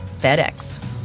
FedEx